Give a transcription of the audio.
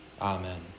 Amen